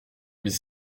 mes